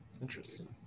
Interesting